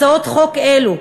הצעות חוק אלו,